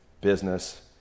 business